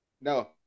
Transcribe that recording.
No